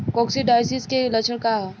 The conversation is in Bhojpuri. कोक्सीडायोसिस के लक्षण का ह?